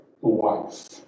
wife